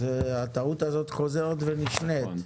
הטעות הזאת חוזרת ונשנית.